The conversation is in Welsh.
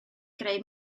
greu